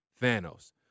Thanos